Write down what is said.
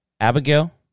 Abigail